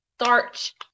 starch